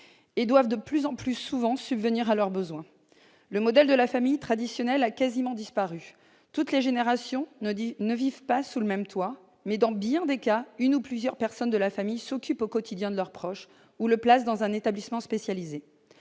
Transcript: et doivent de plus en plus souvent subvenir à leurs besoins. Le modèle de la famille traditionnelle a quasiment disparu. Toutes les générations ne vivent pas sous le même toit, mais dans bien des cas une ou plusieurs personnes de la famille s'occupent au quotidien de leur proche ou le placent dans un établissement spécialisé.